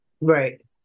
Right